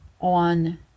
on